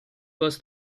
was